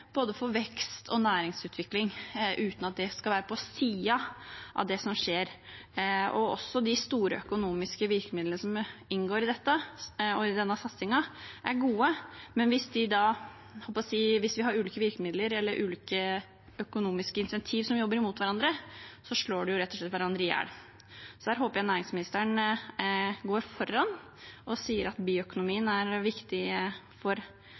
for både vekst og næringsutvikling, uten at det skal være på siden av det som skjer. Også de store økonomiske virkemidlene som inngår i dette, og i denne satsingen, er gode, men hvis man har ulike virkemidler eller ulike økonomiske insentiver som jobber mot hverandre, slår de hverandre rett og slett i hjel. Der håper jeg at næringsministeren går foran og sier at bioøkonomien er viktig for alt som foregår i Norge – i det ganske land. Jeg må rett og slett bare takke for